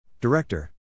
Director